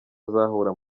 azahura